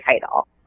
title